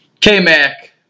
K-Mac